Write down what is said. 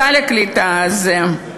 סל הקליטה הזה,